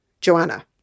Joanna